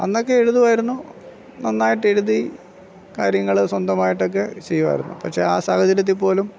അന്നൊക്കെ എഴുതുമായിരുന്നു നന്നായിട്ട് എഴുതി കാര്യങ്ങൾ സ്വന്തമായിട്ടൊക്കെ ചെയ്യുമായിരുന്നു പക്ഷേ ആ സാഹചര്യത്തിൽ പോലും